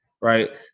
right